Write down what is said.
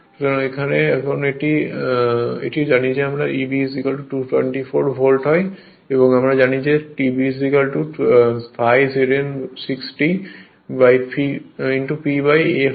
সুতরাং এখন আমরা এটিও জানি যে Eb 224 ভোল্ট এবং আমরা এটিও জানি যে Eb ∅ Z n 60 P A হয়